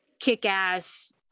kick-ass